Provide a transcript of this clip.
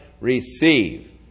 receive